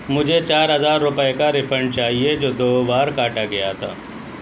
مجھے چار ہزار روپئے کا ریفنڈ چاہیے جو دو بار کاٹا گیا تھا